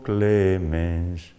Clemens